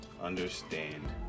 understand